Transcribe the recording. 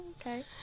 okay